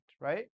right